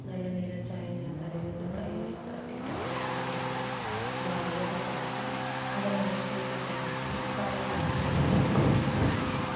நல்ல நிறச்சாயங்களை தடவி விட்டு கயிறலாம் கட்டிவிட்டு அலங்காரம் பண்ணி அதை அழகு படுத்தி அதை நம்ம போட்டிக்கு அனுப்பி காளையை அடக்குறதுக்கான ஃபங்க்ஷன் வைப்போம்